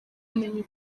kumenya